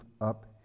up